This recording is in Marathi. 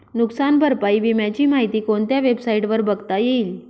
नुकसान भरपाई विम्याची माहिती कोणत्या वेबसाईटवर बघता येईल?